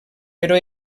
però